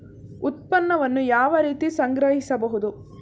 ಉತ್ಪನ್ನವನ್ನು ಯಾವ ರೀತಿ ಸಂಗ್ರಹಿಸಬಹುದು?